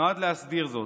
נועד להסדיר זאת,